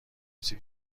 سیب